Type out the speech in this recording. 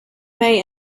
may